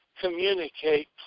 communicate